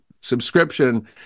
subscription